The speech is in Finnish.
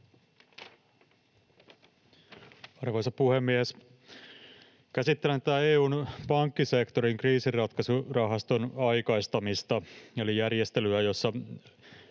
Arvoisa puhemies! Käsittelen tätä EU:n pankkisektorin kriisinratkaisurahaston aikaistamista eli järjestelyä, jossa